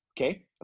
Okay